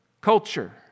culture